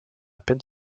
peine